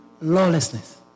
Lawlessness